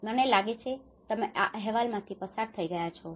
મને લાગે છે કે તમે આ અહેવાલમાંથી પસાર થઈ શકશો